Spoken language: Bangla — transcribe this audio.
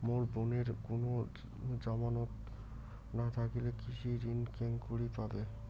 মোর বোনের কুনো জামানত না থাকিলে কৃষি ঋণ কেঙকরি পাবে?